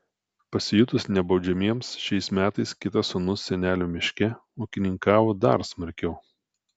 pasijutus nebaudžiamiems šiais metais kitas sūnus senelio miške ūkininkavo dar smarkiau